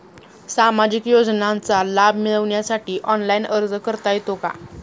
सामाजिक योजनांचा लाभ मिळवण्यासाठी ऑनलाइन अर्ज करता येतो का?